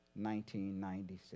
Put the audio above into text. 1996